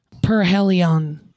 Perhelion